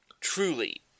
truly